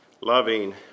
loving